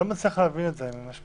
אני לא מצליח להבין את זה, אני מצטער.